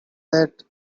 that